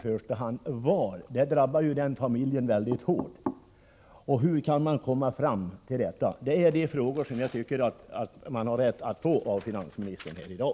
per medlem? Det drabbar den familjen mycket hårt. Hur kan man komma fram till en sådan ståndpunkt? Dessa frågor tycker jag att man har rätt att få svar på från finansministern i dag.